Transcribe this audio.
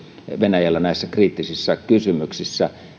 venäjällä ainakaan paranisi näissä kriittisissä kysymyksissä